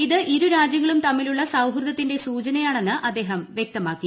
ഇത് ഇരു രാജ്യങ്ങളും തമ്മിലുള്ള സൌഹൃദത്തിന്റെ സൂചനയാണെന്ന് അദ്ദേഹം വ്യക്തമാക്കി